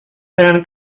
dengan